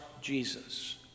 Jesus